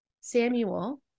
Samuel